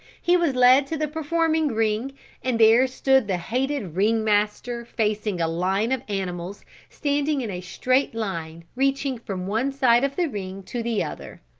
he was led to the performing ring and there stood the hated ring-master facing a line of animals standing in a straight line reaching from one side of the ring to the other.